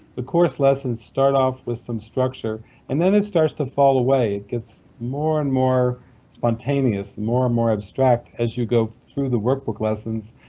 the course lessons start off with some structure and then it starts to fall away. it gets more and more spontaneous, more and more abstract as you go through the workbook lessons.